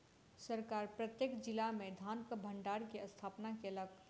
सरकार प्रत्येक जिला में धानक भण्डार के स्थापना केलक